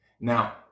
Now